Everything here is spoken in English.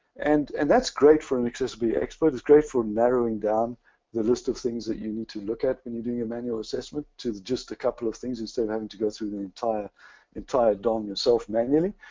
and and that's great for an accessibility expert. it's great for narrowing down the list of things that you need to look at when you do your manual assessment to just a couple of things instead of having to go through the entire entire dom yourself manually.